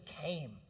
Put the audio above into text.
came